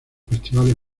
festivales